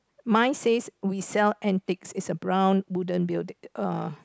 mine says we sell antiques it's a brown wooden building uh